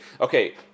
Okay